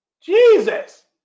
Jesus